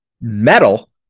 metal